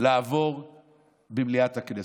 לעבור במליאת הכנסת,